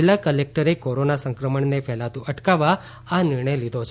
જિલ્લા કલેકટરે કોરોના સંક્રમણને ફેલાતું અટકાવવા આ નિર્ણય લીધો છે